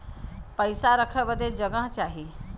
पइसा रखे बदे जगह चाही